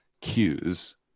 cues